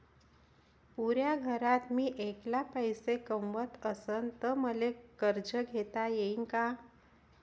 पुऱ्या घरात मी ऐकला पैसे कमवत असन तर मले कर्ज घेता येईन का?